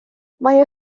mae